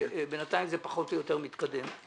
ובינתיים זה פחות או יותר מתקדם.